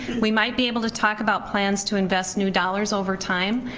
we might be able to talk about plans to invest new dollars over time,